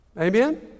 Amen